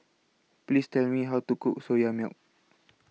Please Tell Me How to Cook Soya Milk